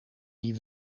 die